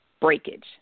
breakage